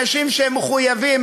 אנשים שמחויבים,